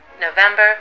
November